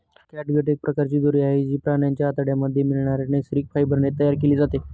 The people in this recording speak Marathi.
कॅटगट एक प्रकारची दोरी आहे, जी प्राण्यांच्या आतड्यांमध्ये मिळणाऱ्या नैसर्गिक फायबर ने तयार केली जाते